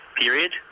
period